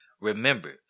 Remember